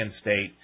State